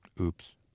Oops